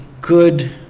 good